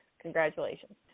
Congratulations